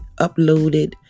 uploaded